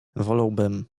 wolałbym